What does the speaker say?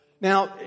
Now